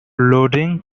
loading